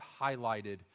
highlighted